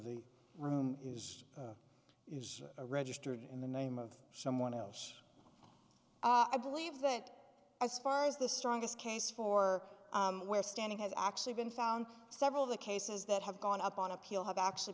the room is registered in the name of someone else i believe that as far as the strongest case for where standing has actually been found several of the cases that have gone up on appeal have actually